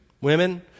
women